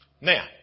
Now